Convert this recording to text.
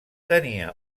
tenia